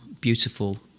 beautiful